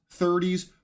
30s